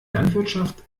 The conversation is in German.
landwirtschaft